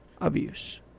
abuse